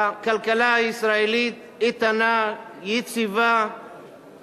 הכלכלה הישראלית איתנה, יציבה.